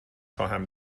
خواهم